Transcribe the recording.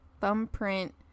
thumbprint